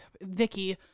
Vicky